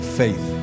faith